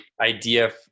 idea